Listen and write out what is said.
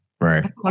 right